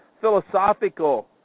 philosophical